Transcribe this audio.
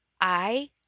I